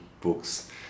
books